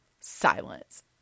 Silence